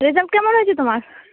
result কেমন হয়েছে তোমার